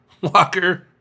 Walker